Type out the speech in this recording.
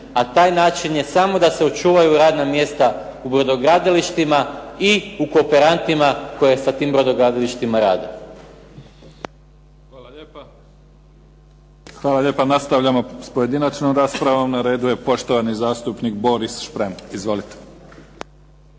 a taj način je samo da se očuvaju radna mjesta u brodogradilištima i u kooperantima koji sa tim brodogradilištima rade. **Mimica, Neven (SDP)** Hvala lijepa. Nastavljamo sa pojedinačnom raspravom. Na redu je poštovani zastupnik Boris Šprem. Izvolite.